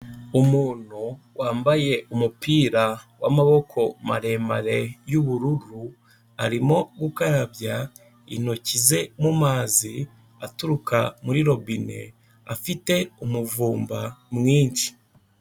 Umuntu wambaye umupira w'amaboko maremare y'ubururu, arimo gukarabya intoki ze mu mazi aturuka muri robine, afite umuvumba mwinshi.